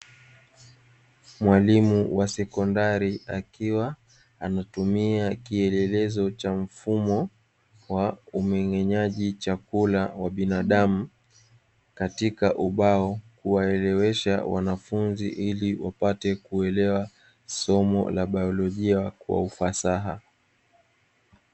Mwalimu wa sekondari akiwa anatumia kielelezo cha mfumo wa umeng'enyaji wa chakula cha binadamu katika ubao, kuwaelewesha wanafunzi ili wapate kuelewa somo la biolojia kwa ufasaha.